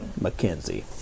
Mackenzie